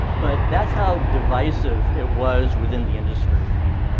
but that's how divisive it was within the industry. i mean,